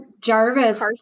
Jarvis